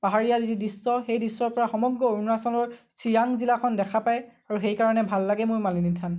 পাহাৰীয়া যি দৃশ্য সেই দৃশ্যৰ পৰা সমগ্ৰ অৰুণাচলৰ চিয়াং জিলাখন দেখা পায় আৰু সেইকাৰণে ভাল লাগে মোৰ মালিনী থান